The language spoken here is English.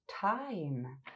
time